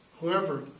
Whoever